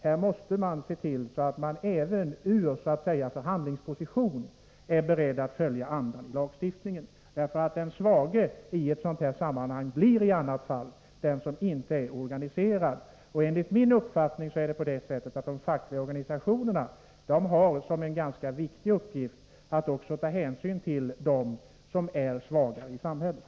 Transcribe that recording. Här måste vi se till att man även så att säga ur förhandlingsposition är beredd att följa andan i lagstiftningen. Den svage blir i annat fall den som inte är organiserad, och enligt min uppfattning har de fackliga organisationerna som en ganska viktig uppgift att ta hänsyn till dem som är svaga i samhället.